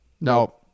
No